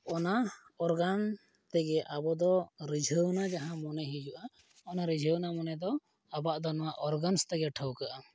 ᱚᱱᱟ ᱚᱨᱜᱟᱱ ᱛᱮᱜᱮ ᱟᱵᱚᱫᱚ ᱨᱤᱡᱷᱟᱹᱣᱮᱱᱟ ᱡᱟᱦᱟᱸ ᱢᱚᱱᱮ ᱦᱤᱡᱩᱜᱼᱟ ᱚᱱᱟ ᱨᱤᱡᱷᱟᱹᱣᱮᱱᱟ ᱢᱚᱱᱮ ᱫᱚ ᱟᱵᱚᱣᱟᱜ ᱫᱚ ᱱᱚᱣᱟ ᱚᱨᱜᱟᱱᱥ ᱛᱮᱜᱮ ᱴᱷᱟᱹᱣᱠᱟᱹᱜᱼᱟ